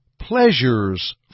pleasures